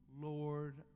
Lord